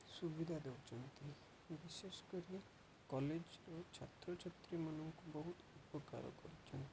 ସୁବିଧା ଦେଉଛନ୍ତି ବିଶେଷ କରି କଲେଜ ଓ ଛାତ୍ରଛାତ୍ରୀମାନାନଙ୍କୁ ବହୁତ ଉପକାର କରିଛନ୍ତି